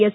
S